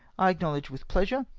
i acknowledge with pleasure,